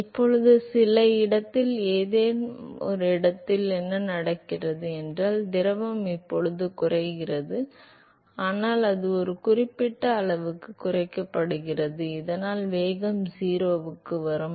எனவே இப்போது சில இடத்தில் ஏதோ ஒரு இடத்தில் என்ன நடக்கிறது என்றால் திரவம் இப்போது குறைகிறது ஆனால் அது ஒரு குறிப்பிட்ட அளவிற்கு குறைக்கப்படுகிறது இதனால் வேகம் 0 க்கு வரும்